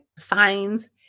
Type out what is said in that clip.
fines